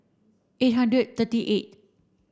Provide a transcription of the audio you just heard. eight hundred thirty eight